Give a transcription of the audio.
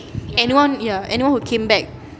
anyone ya anyone who came back